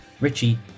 Richie